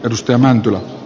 ostaja mäntylä